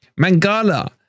Mangala